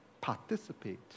participate